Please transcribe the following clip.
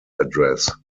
address